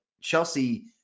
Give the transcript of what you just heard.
Chelsea